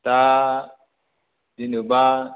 दा जेनेबा